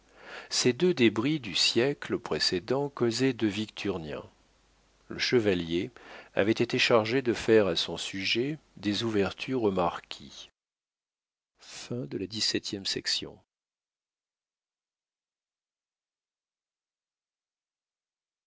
ces deux débris du siècle précédent causaient de victurnien le chevalier avait été chargé de faire à son sujet des ouvertures